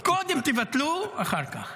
קודם תבטלו, אחר כך.